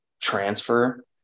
transfer